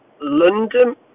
London